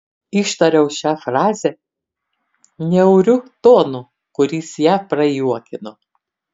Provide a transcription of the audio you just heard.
ištariau šią frazę niauriu tonu kuris ją prajuokino